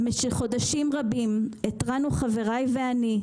במשך חודשים רבים התרענו, חבריי ואני,